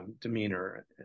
demeanor